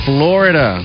Florida